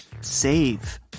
save